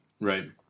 Right